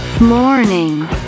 morning